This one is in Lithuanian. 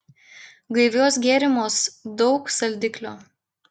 gaiviuos gėrimuos daug saldiklio